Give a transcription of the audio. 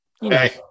Hey